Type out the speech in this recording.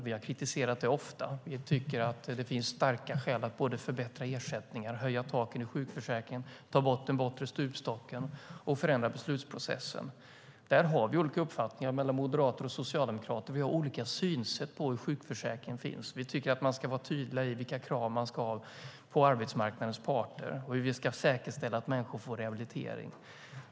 Vi har kritiserat det ofta. Vi tycker att det finns starka skäl att både förbättra ersättningar och höja taken i sjukförsäkringen, ta bort den bortre stupstocken och förändra beslutsprocessen. Där har vi olika uppfattningar mellan moderater och socialdemokrater. Vi har olika synsätt på varför sjukförsäkringen finns. Vi tycker att man ska vara tydlig med vilka krav man ska ha på arbetsmarknadens parter och hur vi ska säkerställa att människor får rehabilitering.